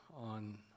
on